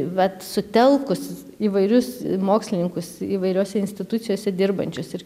vat sutelkus įvairius mokslininkus įvairiose institucijose dirbančius ir